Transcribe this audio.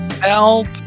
Help